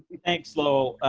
thanks, low